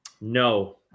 No